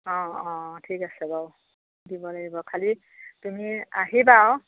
অঁ অঁ ঠিক আছে বাৰু দিব লাগিব খালী তুমি আহিবা অঁ